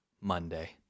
Monday